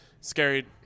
scary